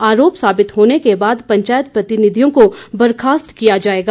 आरोप साबित होने के बाद पंचायत प्रतिनिधियों को बर्खास्त किया जाएगा